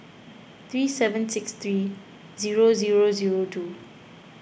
three seven six three zero zero zero two